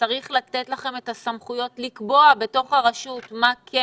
שצריך לתת לכם את הסמכויות לקבוע בתוך הרשות מה כן